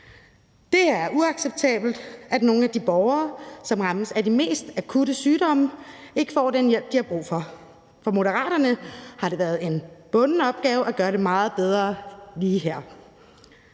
Det er uacceptabelt, at nogle af de borgere, som rammes af de mest akutte sygdomme, ikke får den hjælp, de har brug for. For Moderaterne har det været en bunden opgave at gøre det meget bedre lige her,